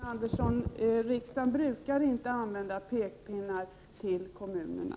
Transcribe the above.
Fru talman! Riksdagen brukar inte använda pekpinnar till kommunerna.